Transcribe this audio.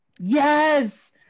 Yes